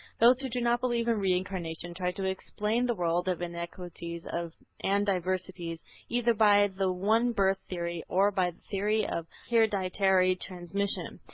those who do not believe in reincarnation try to explain the world of inequalities and diversities either by the one-birth theory or by the theory of hereditary transmission.